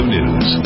News